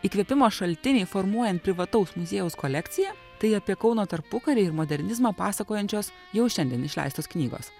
įkvėpimo šaltiniai formuojant privataus muziejaus kolekciją tai apie kauno tarpukarį ir modernizmą pasakojančios jau šiandien išleistos knygos